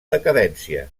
decadència